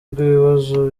rw’ibibazo